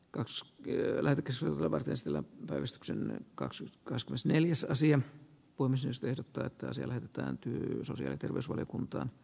kaks kylät asuivat esitellä vahvistuksen kaksi cascos neljässä asian tuomisesta ehdottaa että siellä kääntyy sosiaali terveysvaliokuntaan